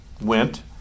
went